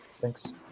Thanks